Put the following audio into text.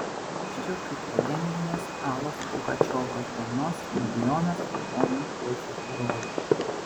pasijusčiau kaip legendinės alos pugačiovos dainos milijonas raudonų rožių herojė